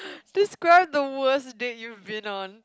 describe the worst date you've been on